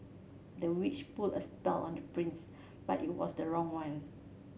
the witch put a spell on the prince but it was the wrong one